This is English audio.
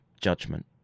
judgment